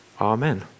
Amen